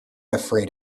afraid